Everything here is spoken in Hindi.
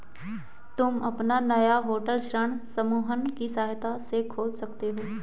तुम अपना नया होटल ऋण समूहन की सहायता से खोल सकते हो